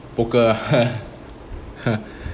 poker ah